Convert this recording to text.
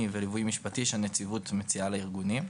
וליווי משפטי שהנציבות מציעה לארגונים.